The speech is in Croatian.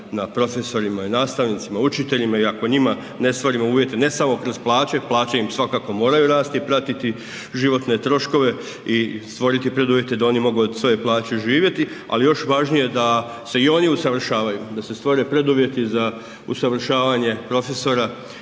na profesorima i nastavnicima, učiteljima i ako njima ne stvorimo uvjete ne samo kroz plaće, plaće im svakako moraju rasti i pratiti životne troškove i stvoriti preduvjete da oni mogu od svoje plaće živjeti. Ali je još važnije da se i oni usavršavaju, da se stvore preduvjeti za usavršavanje profesora,